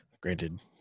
granted